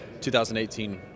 2018